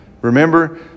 Remember